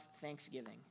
thanksgiving